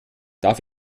darf